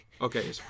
okay